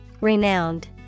Renowned